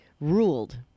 ruled